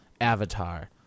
Avatar